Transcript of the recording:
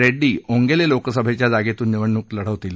रेड्डी ओंगेले लोकसभेच्या जागेतून निवडणूक लढवतील